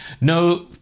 No